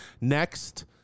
Next